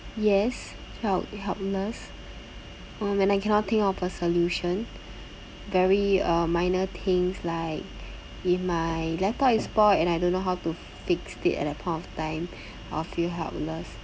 yes felt helpless wh~ when I cannot think of a solution very uh minor things like if my laptop is spoilt and I don't know how to fix it at that point of time I'll feel helpless